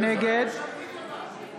נגד